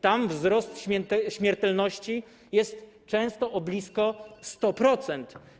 Tam wzrost śmiertelności jest często blisko o 100%.